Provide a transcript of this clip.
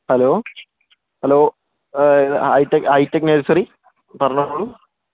hello hello ഇത് hi tech ഐറ്റെക് nursery പറഞ്ഞോളൂ